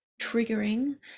triggering